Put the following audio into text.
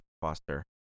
foster